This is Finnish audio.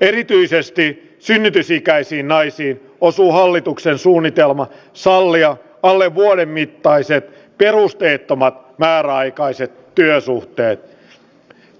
en pelkää synnytysikäisiin naisiin osuu hallituksen suunnitelma sallia alle vuoden mittaiset perusteettomat määräaikaiset työsuhteet